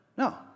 No